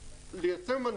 אני חושב שהווקטור הזה,